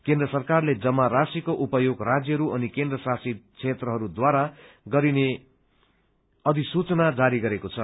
केन्द्र सरकारले जमा राशीको उपयोग राज्यहरू अनि केन्द्र शासित क्षेत्रहरूद्वारा गरिने अधिसूचना जारी गरेको छ